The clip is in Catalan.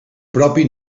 propi